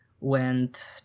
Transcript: went